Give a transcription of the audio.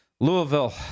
Louisville